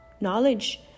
Knowledge